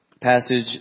passage